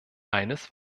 eines